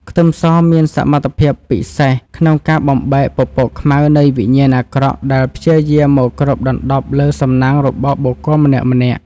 ខ្ទឹមសមានសមត្ថភាពពិសេសក្នុងការបំបែកពពកខ្មៅនៃវិញ្ញាណអាក្រក់ដែលព្យាយាមមកគ្របដណ្តប់លើសំណាងរបស់បុគ្គលម្នាក់ៗ។